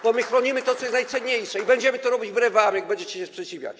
bo my chronimy to, co jest najcenniejsze, i będziemy to robić wbrew wam, jak będziecie się sprzeciwiać.